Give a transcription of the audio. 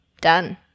Done